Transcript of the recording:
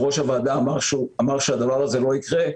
יושב-ראש הוועדה אמר שזה לא יקרה.